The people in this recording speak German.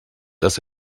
dass